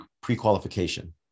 pre-qualification